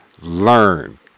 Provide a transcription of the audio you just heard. learn